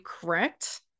correct